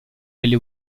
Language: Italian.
delle